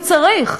כי צריך,